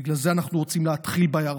בגלל זה, אנחנו רוצים להתחיל בהיערכות.